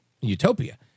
utopia